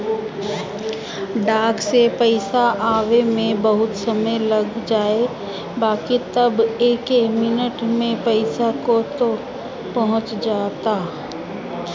डाक से पईसा आवे में बहुते समय लाग जाए बाकि अब एके मिनट में पईसा कतो पहुंच जाता